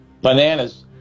bananas